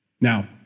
Now